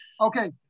Okay